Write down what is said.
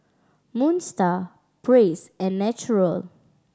Moon Star Praise and Naturel